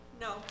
No